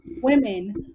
women